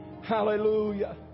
Hallelujah